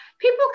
people